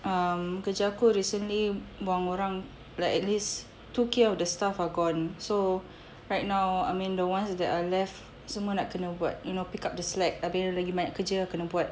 um kerja aku recently buang orang like at least two K of the staff are gone so right now I mean the ones that are left semua nak kena buat you know pick up the slack abeh lagi banyak kerja kena buat